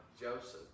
Joseph